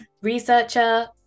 researcher